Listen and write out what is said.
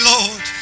Lord